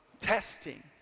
testing